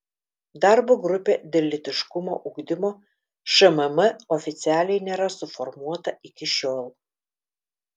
darbo grupė dėl lytiškumo ugdymo šmm oficialiai nėra suformuota iki šiol